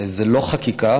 זו לא החקיקה,